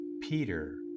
Peter